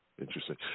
interesting